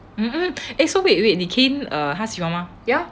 mmhmm eh so wait wait 你 kain 喜欢吗